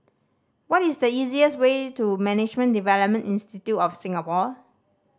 what is the easiest way to Management Development Institute of Singapore